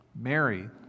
Mary